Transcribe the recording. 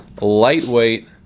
lightweight